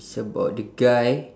it's about the guy